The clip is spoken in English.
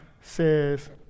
says